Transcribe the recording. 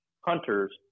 hunters